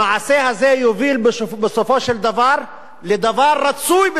המעשה הזה יוביל בסופו של דבר לדבר רצוי,